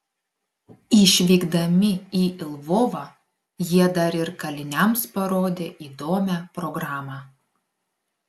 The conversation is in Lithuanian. išvykdami į lvovą jie dar ir kaliniams parodė įdomią programą